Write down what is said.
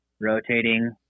rotating